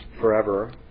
forever